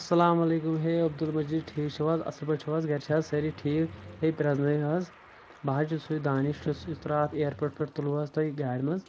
اسلام علیکم ہے عبدُل مٔجیٖد ٹھیٖک چھِو حظ اصل پٲٹھۍ چھِو حظ گرِ چھِ حظ سٲری ٹھیٖک ہے پریزنٲیِو حظ بہٕ حظ چھُس سُے دانش یُس یُس راتھ ایرپوٹ پٮ۪ٹھ تُلوٕ حظ تۄہہِ گاڑِ منٛز